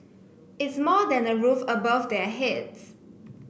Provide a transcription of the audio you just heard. it's more than a roof above their heads